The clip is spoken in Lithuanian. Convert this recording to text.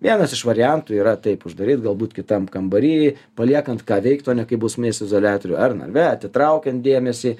vienas iš variantų yra taip uždaryt galbūt kitam kambary paliekant ką veikt o ne kaip bausmės izoliatoriuj ar narve atitraukiant dėmesį